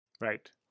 Right